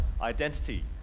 identity